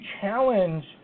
challenge